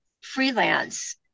freelance